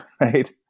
right